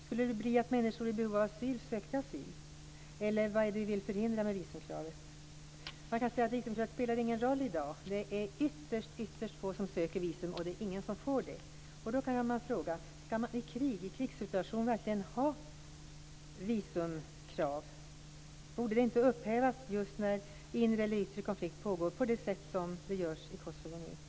Skulle de bli att människor i behov av asyl sökte asyl, eller vad är det vi vill förhindra med visumkravet? Man kan säga att visumkravet inte spelar någon roll i dag. Det är ytterst få som söker visum, och det är ingen som får visum. Då kan man fråga om man i krigssituationer verkligen skall ha visumkrav. Borde det inte upphävas just när inre eller yttre konflikt pågår på det sätt som sker i Kosovo nu?